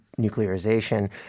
nuclearization